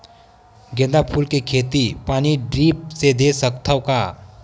गेंदा फूल के खेती पानी ड्रिप से दे सकथ का?